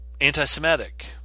anti-semitic